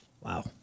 Wow